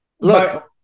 Look